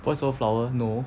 boys over flower no